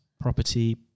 property